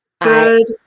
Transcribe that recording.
Good